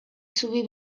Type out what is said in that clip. zubi